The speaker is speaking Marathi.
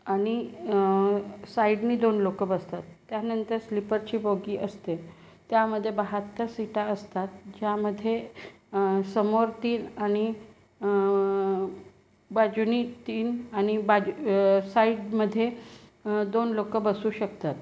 आणि साइडनी दोन लोक बसतात त्यानंतर स्लीपरची बोगी असते त्यामधे बहात्तर सिटा असतात ज्यामध्ये समोर तीन आणि बाजूनी तीन आणि बाजू साईडमध्ये दोन लोक बसू शकतात